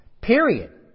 Period